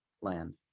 land